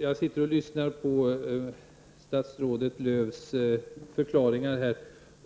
Herr talman! När jag lyssnar på statsrådets Lööws förklaringar reagerar